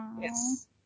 Yes